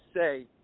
say